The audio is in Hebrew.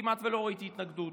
כמעט לא ראיתי התנגדות.